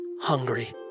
hungry